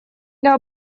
для